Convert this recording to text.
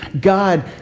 God